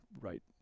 right